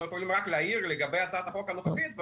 יכולים רק להעיר לגבי הצעת החוק הנוכחית.